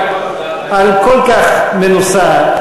את כל כך מנוסה.